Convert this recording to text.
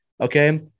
okay